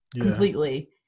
completely